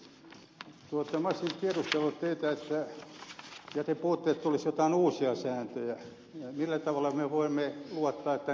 minä olisin tiedustellut teiltä kun te puhuitte että tulisi joitain uusia sääntöjä millä tavalla me voimme luottaa että niitä noudatettaisiin